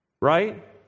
Right